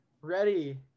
Ready